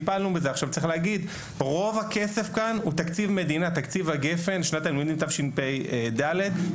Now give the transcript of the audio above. צריך להגיד: רוב תקציב הגפ"ן לשנת הלימודים תשפ"ד,